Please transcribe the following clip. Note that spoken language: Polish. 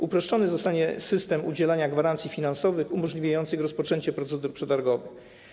Uproszczony zostanie system udzielania gwarancji finansowych umożliwiających rozpoczęcie procedur przetargowych.